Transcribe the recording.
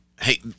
hey